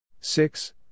six